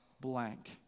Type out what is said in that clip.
blank